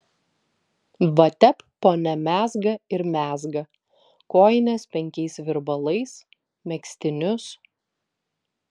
va tep ponia mezga ir mezga kojines penkiais virbalais megztinius